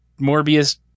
Morbius